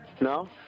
No